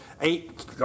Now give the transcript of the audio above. eight